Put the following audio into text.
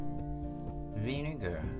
vinegar